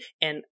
and-